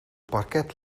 parket